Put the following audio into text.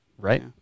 Right